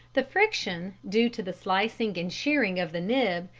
the friction, due to the slicing and shearing of the nib,